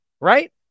right